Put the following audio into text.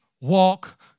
walk